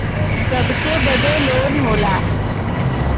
सबके बदे लोन होला